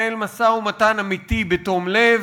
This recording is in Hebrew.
לנהל משא-ומתן אמיתי בתום לב,